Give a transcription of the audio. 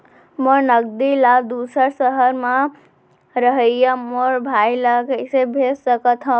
मोर नगदी ला दूसर सहर म रहइया मोर भाई ला कइसे भेज सकत हव?